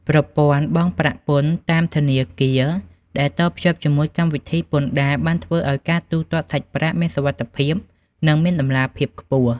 ប្រព័ន្ធបង់ប្រាក់ពន្ធតាមធនាគារដែលតភ្ជាប់ជាមួយកម្មវិធីពន្ធដារ បានធ្វើឱ្យការទូទាត់សាច់ប្រាក់មានសុវត្ថិភាព និងមានតម្លាភាពខ្ពស់។